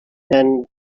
and